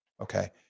Okay